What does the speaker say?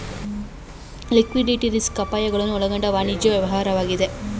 liquidity risk ಅಪಾಯಗಳನ್ನು ಒಳಗೊಂಡ ವಾಣಿಜ್ಯ ವ್ಯವಹಾರವಾಗಿದೆ